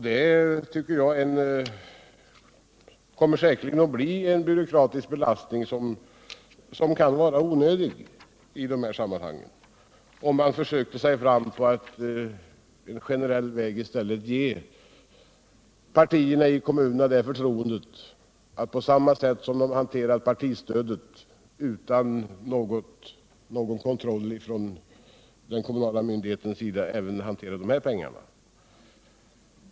Det kommer säkerligen att bli en byråkratisk belastning, och den kan vara onödig om man i stället försöker gå fram generellt och ge partierna i kommunerna det förtroendet att på samma sätt som de hanterar partistödet — utan någon kontroll från de kommunala myndigheternas sida — hantera även dessa pengar.